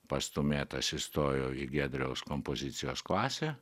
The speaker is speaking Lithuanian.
pastūmėtas įstojau į giedriaus kompozicijos klasę